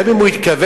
גם אם הוא התכוון,